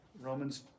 Romans